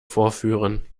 vorführen